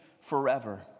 forever